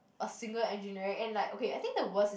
a single engineering and like okay I think the worst is